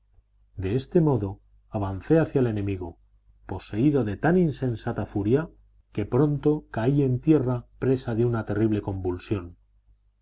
de este modo avancé hacia el enemigo poseído de tan insensata furia que pronto cal en tierra presa de una terrible convulsión